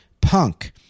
punk